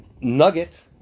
nugget